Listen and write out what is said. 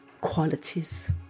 qualities